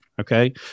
Okay